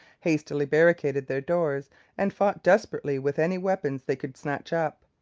hastily barricaded their doors, and fought desperately with any weapons they could snatch up.